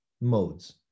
modes